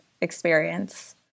experience